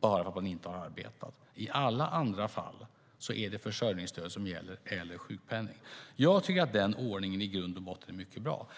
bara för att man inte har arbetat. I alla andra fall är det försörjningsstöd som gäller - eller sjukpenning. Jag tycker att den ordningen i grund och botten är mycket bra.